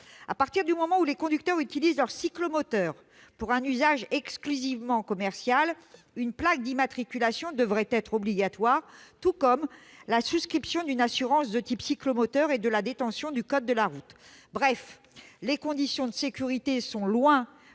À partir du moment où les conducteurs utilisent leur cyclomoteur pour un usage exclusivement commercial, une plaque d'immatriculation devrait être obligatoire, tout comme la souscription d'une assurance de type cyclomoteur et la détention du code de la route. Bref, les conditions de sécurité sont loin